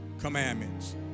commandments